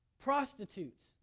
prostitutes